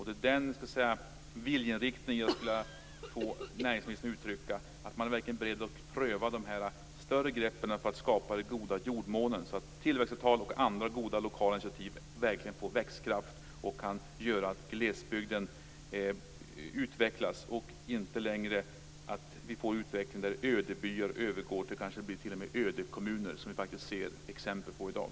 Det är den viljeinriktningen jag skulle vilja få näringsministern att uttrycka: att man verkligen är beredd att pröva de större greppen för att skapa den goda jordmånen så att tillväxtavtal och andra goda lokala initiativ verkligen får växtkraft och kan göra att glesbygden utvecklas och vi inte längre har en utveckling mot ödebyar, ödegårdar och kanske t.o.m. ödekommuner, som vi faktiskt ser exempel på i dag.